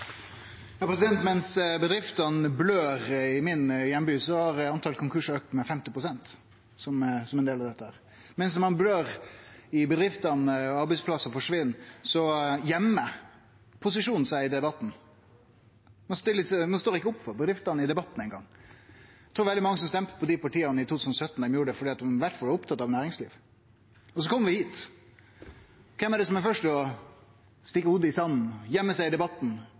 Mens bedriftene blør i heimbyen min, har talet på konkursar auka med 50 pst. som ein del av dette. Mens ein blør i bedriftene og arbeidsplassar forsvinn, gøymer posisjonen seg i debatten. Ein stiller ikkje opp for bedriftene i debatten eingong. Veldig mange av dei som stemte på dei partia i 2017, gjorde det fordi dei iallfall var opptatte av næringslivet. Så kom vi hit. Kven er det som er først til å stikke hovudet i sanda, gøyme seg i debatten,